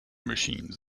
machines